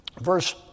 Verse